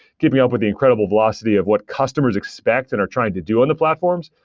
keeping up with the incredible velocity of what customers expect and are trying to do in the platforms.